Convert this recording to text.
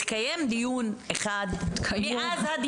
התקיים דיון אחד מאז הדיון הקודם עד היום?